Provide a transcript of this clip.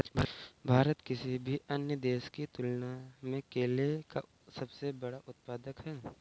भारत किसी भी अन्य देश की तुलना में केले का सबसे बड़ा उत्पादक है